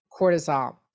cortisol